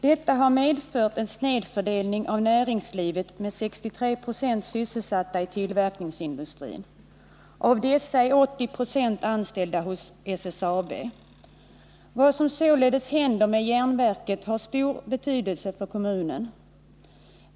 Detta har medfört en snedfördelning av näringslivet med 63 96 sysselsatta i tillverkningsindustrin. Av dessa är 80 96 anställda hos SSAB. Vad som således händer med järnverket har stor betydelse för kommunen.